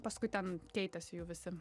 paskui ten keitėsi jų visi